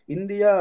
India